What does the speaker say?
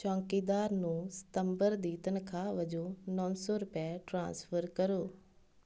ਚੌਂਕੀਦਾਰ ਨੂੰ ਸਤੰਬਰ ਦੀ ਤਨਖਾਹ ਵਜੋਂ ਨੌ ਸੌ ਰੁਪਏ ਟ੍ਰਾਂਸਫਰ ਕਰੋ